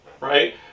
right